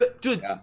Dude